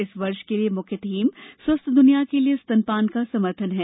इस वर्ष के लिए मुख्य थीम स्वस्थ दुनिया के लिए स्तनपान का समर्थन है